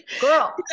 Girl